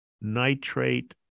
nitrate